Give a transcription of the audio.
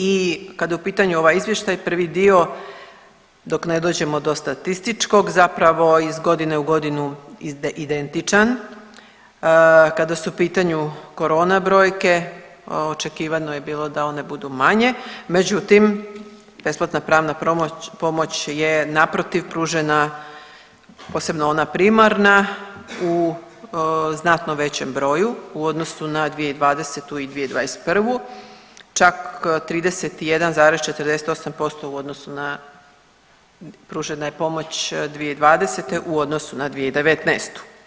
I kada je u pitanju ovaj izvještaj prvi dio dok ne dođemo do statističkog zapravo iz godine u godinu identičan kada su u pitanju korona brojke očekivano je bilo da one budu manje, međutim, besplatna pravna pomoć je naprotiv pružena, posebno ona primarna u znatno većem broju u odnosu na 2020. i 2021., čak 31,48% u odnosu na pružena je pomoć 2020. u odnosu na 2019.